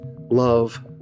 love